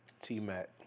T-Mac